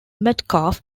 metcalf